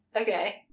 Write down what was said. Okay